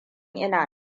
ina